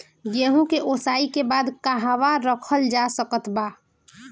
गेहूँ के ओसाई के बाद कहवा रखल जा सकत बा?